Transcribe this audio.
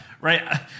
right